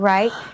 Right